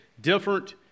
different